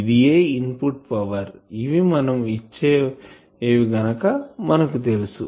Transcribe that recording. ఇదియే input power ఇవి మనం ఇచ్చేవి గనుక మనకు తెలుసు